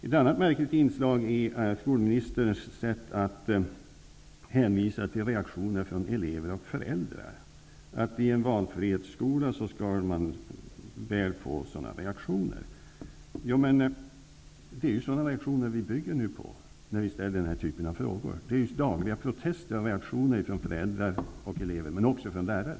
Ett annat märkligt inslag är skolministerns sätt att hänvisa till reaktioner från elever och föräldrar och att man i en valfrihetsskola skall få sådana reaktioner. Men det är ju sådana reaktioner som jag bygger min fråga på. Det kommer ju dagliga protester och reaktioner från föräldrar och elever men också från lärare.